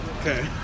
okay